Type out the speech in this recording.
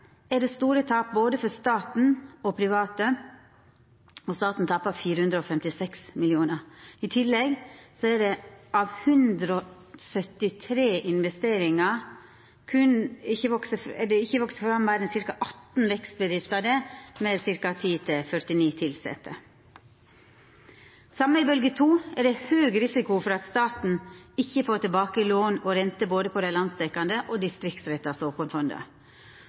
er det store tap for både staten og private, og staten tapar 456 mill. kr. I tillegg har det av 173 investeringar ikkje vakse fram meir enn ca. 18 vekstbedrifter med 10–49 tilsette. Likeins er det i bølgje 2 høg risiko for at staten ikkje får tilbake lån og renter verken av dei landsdekkjande eller distriktsretta såkornfonda. Og det er berre fire vekstbedrifter med 10–19 tilsette av 67 investeringar på landsdekkjande fond, og